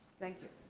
thank you.